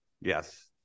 Yes